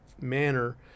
manner